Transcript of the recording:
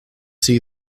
see